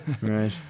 Right